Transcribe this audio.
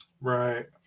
Right